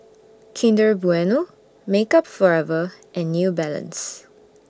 Kinder Bueno Makeup Forever and New Balance